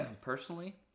personally